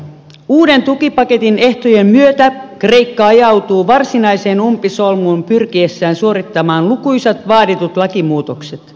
uuden tukipaketin ehtojen myötä kreikka ajautuu varsinaiseen umpisolmuun pyrkiessään suorittamaan lukuisat vaaditut lakimuutokset